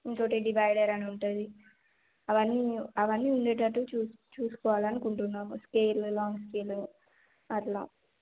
ఇంకోటి డివైడర్ అని ఉంటుంది అవన్నీ అవన్నీ ఉండేటట్టు చూసు చూసుకోవాలి అనుకుంటున్నాను స్కేల్ లాంగ్ స్కేల్ అట్లా